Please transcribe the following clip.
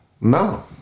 No